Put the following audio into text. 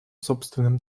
собственным